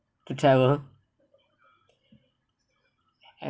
to travel